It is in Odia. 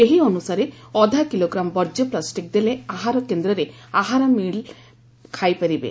ଏହି ଅନୁସାରେ ଅଧା କିଲୋଗ୍ରାମ ବର୍କ୍ୟ ପ୍ଲାଷ୍ଟିକ ଦେଲେ ଆହାର କେନ୍ଦ୍ରରେ ଆହାର ମିଲ୍ ଖାଇପାରିବେ